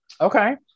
Okay